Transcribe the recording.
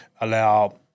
allow